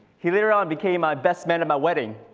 he later on became my best man at my wedding.